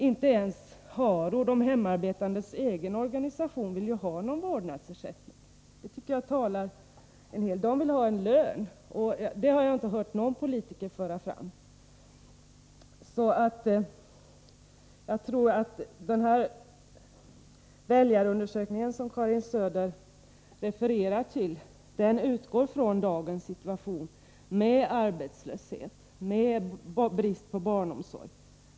Inte ens HARO, de hemarbetandes egen organisation, vill ju ha någon vårdnadsersättning utan en lön. Det har jag inte hört någon politiker föra fram. Jag tror att den väljarundersökning som Karin Söder refererar till utgår från dagens situation med arbetslöshet och brist på barnomsorg.